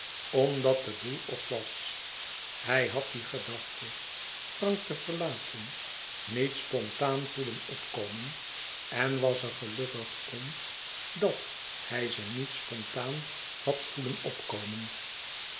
omdat de boêl op was hij had die gedachte frank te verlaten niet spontaan voelen opkomen en was er gelukkig om dàt hij ze niet spontaan had voelen opkomen